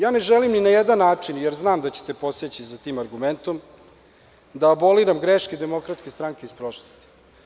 Ja ne želim ni na jedan način, jer znam da ćete poseći za tim argumentom, da aboliram greške DS iz prošlosti.